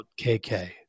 KK